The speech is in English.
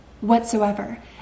whatsoever